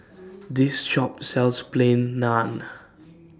This Shop sells Plain Naan